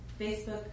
Facebook